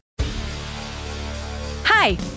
Hi